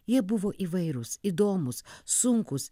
jie buvo įvairūs įdomūs sunkūs